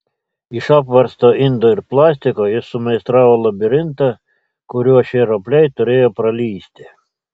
iš apversto indo ir plastiko jis sumeistravo labirintą kuriuo šie ropliai turėjo pralįsti